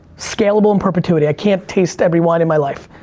scalable in perpetuity. i can't taste every wine in my life.